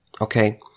okay